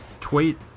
Tweet